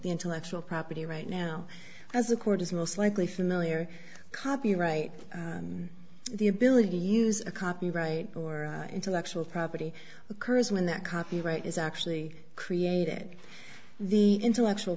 the intellectual property right now as the court is most likely familiar copyright the ability to use a copyright or intellectual property occurs when that copyright is actually created the intellectual